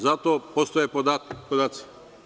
Za to postoje podaci.